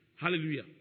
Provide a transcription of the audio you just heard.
Hallelujah